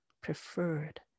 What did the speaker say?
preferred